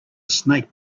snake